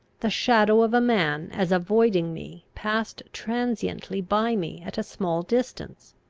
the shadow of a man as avoiding me passed transiently by me at a small distance.